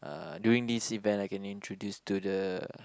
uh during this event I can introduce to the